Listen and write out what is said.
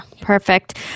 perfect